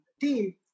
team